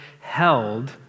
held